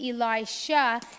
Elisha